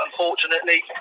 unfortunately